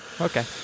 Okay